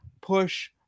push